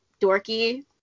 dorky